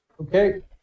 Okay